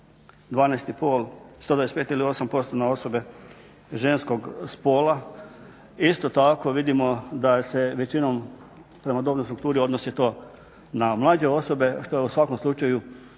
samo 125 ili 8% na osobe ženskog spola. Isto tako vidimo da se većinom prema dobnoj strukturi odnosi to na mlađe osobe, što je u svakom slučaju